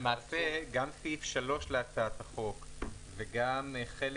למעשה גם סעיף 3 להצעת החוק וגם חלק